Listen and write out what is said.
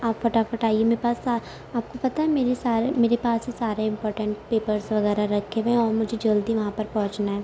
آپ فٹافٹ آئیے میرے پاس آپ کو پتہ ہے میرے سار میرے پاس سارے امپورٹنٹ پیپرس وغیرہ رکھے ہوئے ہیں اور مجھے جلدی وہاں پر پہنچنا ہے